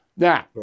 Now